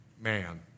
Man